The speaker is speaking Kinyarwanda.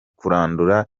kurandura